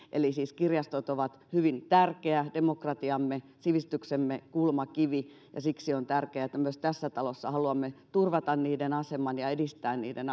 eli siis kirjastot ovat hyvin tärkeä demokratiamme sivistyksemme kulmakivi ja siksi on tärkeää että tässä talossa haluamme myös turvata niiden aseman ja edistää niiden